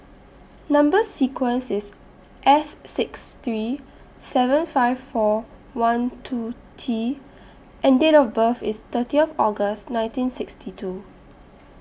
Number sequence IS S six three seven five four one two T and Date of birth IS thirtieth August nineteen sixty two